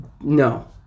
no